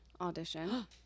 audition